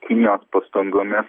kinijos pastangomis